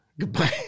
goodbye